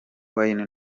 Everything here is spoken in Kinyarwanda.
wine